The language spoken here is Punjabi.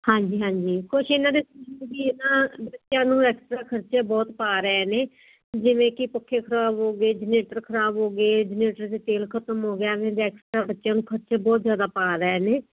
ਹਾਂਜੀ ਹਾਂਜੀ ਕੁਛ ਇਹ ਨਾ ਦੇ ਇਹ ਨਾ ਬੱਚਿਆਂ ਨੂੰ ਐਕਸਟਰਾ ਖਰਚੇ ਬਹੁਤ ਪਾ ਰਹੇ ਨੇ ਜਿਵੇਂ ਕਿ ਪੱਖੇ ਖਰਾਬ ਹੋਗੇ ਜਨਰੇਟਰ ਖਰਾਬ ਹੋ ਗਏ ਜਨਰੇਟਰ 'ਚ ਤੇਲ ਖਤਮ ਹੋ ਗਿਆ ਐਵੇਂ ਦੇ ਐਕਸਟਰਾ ਬੱਚਿਆਂ ਨੂੰ ਖਰਚੇ ਬਹੁਤ ਜ਼ਿਆਦਾ ਪਾ ਰਹੇ ਨੇ